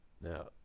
Now